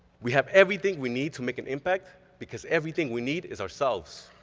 we have everything we need to make an impact because everything we need is ourselves.